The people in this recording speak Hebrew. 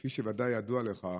כפי שוודאי ידוע לך,